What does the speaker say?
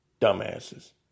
Dumbasses